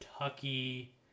Kentucky